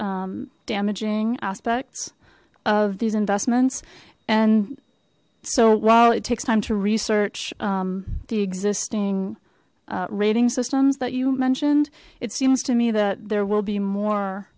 and damaging aspects of these investments and so while it takes time to research the existing rating systems that you mentioned it seems to me that there will be more